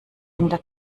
winter